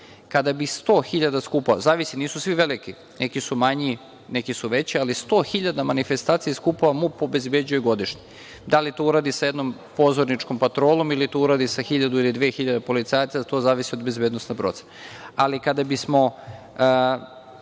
Kada bi 100.000 skupova, zavisi, nisu svi veliki, neki su manji, neku su veći, ali 100.000 manifestacija i skupova MUP obezbeđuje godišnje. Da li to uradi sa jednom pozorničkom patrolom ili to uradi sa hiljadu ili dve hiljade policajaca, to zavisi od bezbednosne procene. Mi želimo